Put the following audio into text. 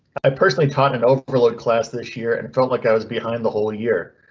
i personally taught an overload class this year and felt like i was behind the whole year.